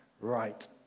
right